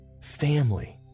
family